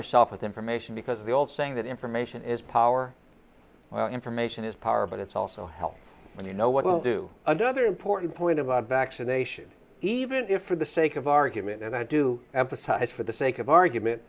yourself with information because the old saying that information is power well information is power but it's also help when you know what we'll do another important point about vaccination even if for the sake of argument and i do emphasize for the sake of argument